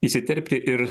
įsiterpti ir